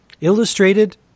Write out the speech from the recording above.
illustrated